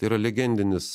tai yra legendinis